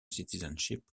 citizenship